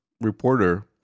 reporter